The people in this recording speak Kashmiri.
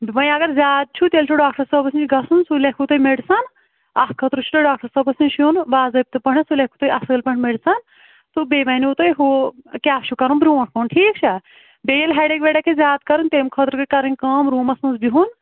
وۅنۍ اگر زیادٕ چھُ تیٚلہِ چھُ ڈاکٹر صٲبس نِش گژھُن سُہ لیٚکھوٕ تۅہہِ میڈِسَن اتھ خٲطرٕ چھُ تۅہہِ ڈاکٹر صٲبس نِش یُن باظٲبطہٕ گۅڈٕنیٚتھ سُہ لیٚکھِ تۅہہِ اصٕل پٲٹھۍ میڈِسَن تہٕ بیٚیہِ ونوٕ تۅہہِ ہُہ کیٛاہ چھُ کرُن برٛونٛٹھ کُن ٹھیٖک چھا بیٚیہِ ییٚلہِ ہیٚڈیک ویڈیک زیادٕ کران تمہِ خٲطرٕ کرنۍ کٲم روٗمس منٛز بَہُن